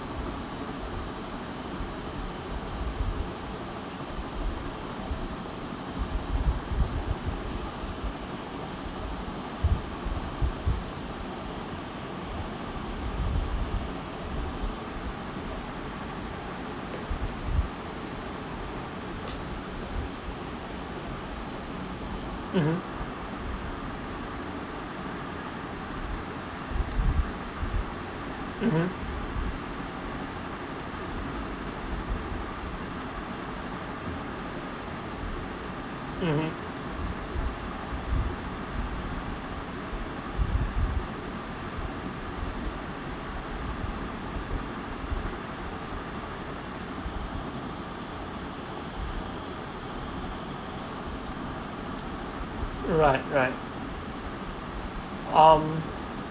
mmhmm mmhmm mmhmm right right um